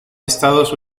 estados